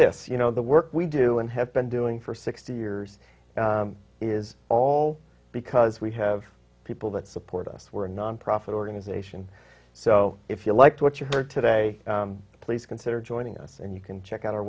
this you know the work we do and have been doing for sixty years is all because we have people that support us we're a nonprofit organization so if you liked what you heard today please consider joining us and you can check out our